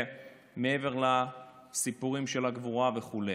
מעבר לסיפורים של הגבורה וכו'.